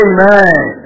Amen